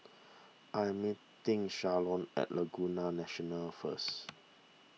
I am meeting Shalon at Laguna National first